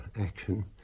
action